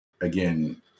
again